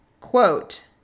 quote